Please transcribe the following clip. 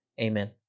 Amen